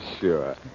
Sure